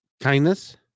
Kindness